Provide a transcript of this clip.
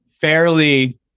fairly